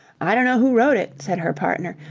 i don't know who wrote it, said her partner,